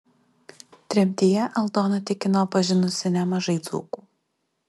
tremtyje aldona tikino pažinusi nemažai dzūkų